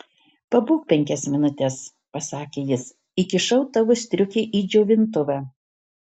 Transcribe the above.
pabūk penkias minutes pasakė jis įkišau tavo striukę į džiovintuvą